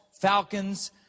falcons